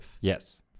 Yes